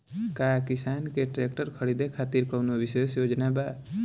का किसान के ट्रैक्टर खरीदें खातिर कउनों विशेष योजना बा?